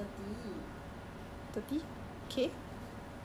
eh no downpayment is thirty